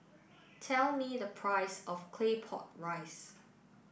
tell me the price of claypot rice